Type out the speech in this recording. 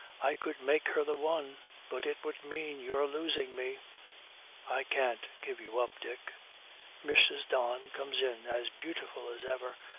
i could make her the one but it would mean your losing me i can't give you up, dick mrs. don comes in, as beautiful as ever,